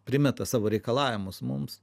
primeta savo reikalavimus mums